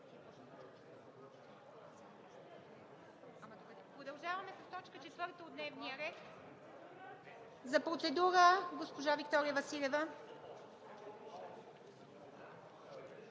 Продължаваме с точка четвърта от дневния ред. За процедура – госпожа Виктория Василева.